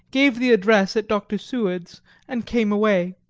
gave the address at dr. seward's and came away.